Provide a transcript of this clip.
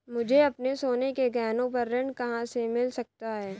मुझे अपने सोने के गहनों पर ऋण कहां से मिल सकता है?